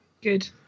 Good